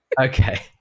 okay